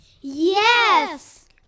yes